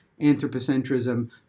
anthropocentrism